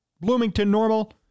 Bloomington-Normal